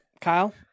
Kyle